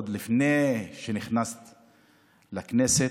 עוד לפני שנכנסה לכנסת,